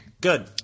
Good